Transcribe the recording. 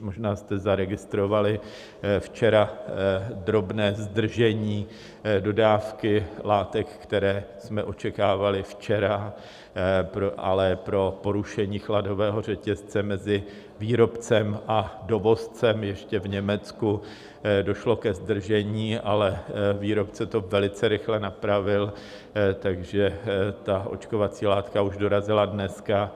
Možná jste zaregistrovali včera drobné zdržení dodávky látek, které jsme očekávali včera, ale pro porušení chladového řetězce mezi výrobcem a dovozcem ještě v Německu došlo ke zdržení, ale výrobce to velice rychle napravil, takže očkovací látka dorazila už dneska.